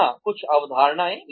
यहाँ कुछ अवधारणाएँ